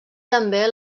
també